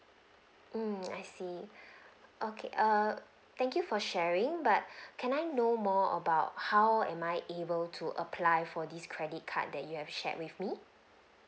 mm I see okay err thank you for sharing but can I know more about how am I able to apply for this credit card that you have shared with me